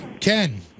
Ken